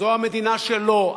זו המדינה שלו.